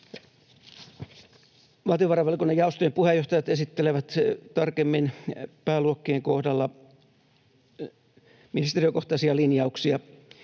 Valtiovarainvaliokunnan jaostojen puheenjohtajat esittelevät tarkemmin pääluokkien kohdalla ministeriökohtaisia linjauksia.